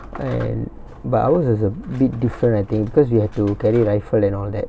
and but ours is a bit different I think because we had to carry rifle and all that